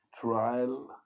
trial